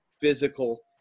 Physical